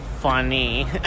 funny